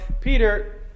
Peter